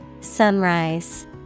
Sunrise